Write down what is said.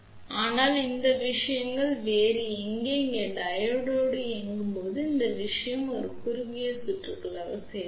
ஆனால் இங்கே விஷயங்கள் வேறு இங்கே டையோடு இயங்கும் போது இந்த விஷயம் ஒரு குறுகிய சுற்றுகளாக செயல்படும்